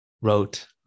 wrote